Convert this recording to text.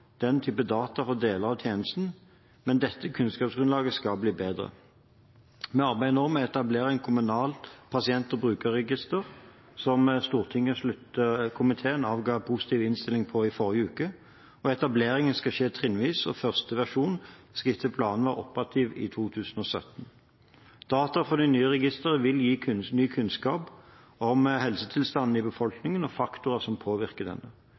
den type data for deler av tjenesten, men dette kunnskapsgrunnlaget skal bli bedre. Vi arbeider nå med å etablere et kommunalt pasient- og brukerregister, som komiteen avga en positiv innstilling om i forrige uke. Etableringen skal skje trinnvis, og første versjon skal etter planen være operativ i 2017. Data fra det nye registeret vil gi ny kunnskap om helsetilstanden i befolkningen og faktorer som påvirker denne.